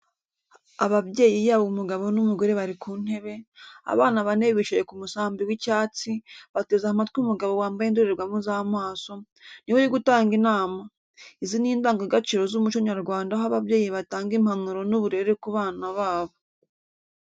Ababyeyi yaba umugabo n’umugore bari ku ntebe, Abana bane bicaye kumusambi w’icyatsi, bateze amatwi Umugabo wambaye indorerwamo z'amaso, niwe uri gutanga inama izi n'indanga gaciro z’umuco nyarwanda aho ababyeyi batanga impanuro n'uburere ku bana babo.